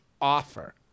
offer